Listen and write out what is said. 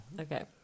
Okay